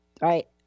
Right